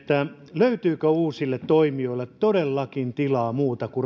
löytyykö uusille toimijoille todellakin tilaa muuta kuin